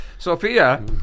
Sophia